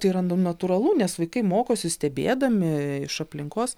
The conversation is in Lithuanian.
tai yra na natūralu nes vaikai mokosi stebėdami iš aplinkos